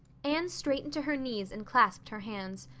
anne straightened to her knees and clasped her hands.